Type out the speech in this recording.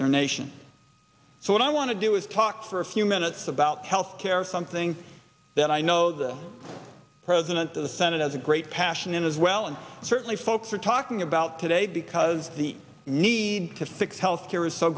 their nation so what i want to do is talk for a few minutes about health care something that i know the president of the senate has a great passion in as well and certainly folks are talking about today because the need to fix health care is so